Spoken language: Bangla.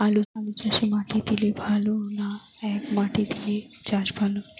আলুচাষে মাটি দিলে ভালো না একমাটি দিয়ে চাষ ভালো?